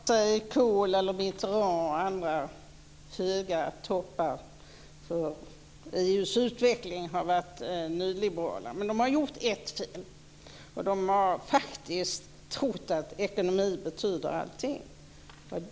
Fru talman! Jag tror inte att Kohl, Mitterrand och andra höga toppar i EU:s utveckling har varit nyliberala. Men de har gjort ett fel. De har trott att ekonomi betyder allting.